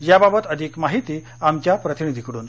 याबाबत अधिक माहिती आमच्या प्रतिनिधीकडून